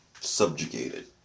Subjugated